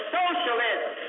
socialism